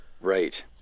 Right